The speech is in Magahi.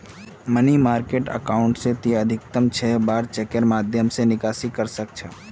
मनी मार्किट अकाउंट स ती अधिकतम छह बार चेकेर माध्यम स निकासी कर सख छ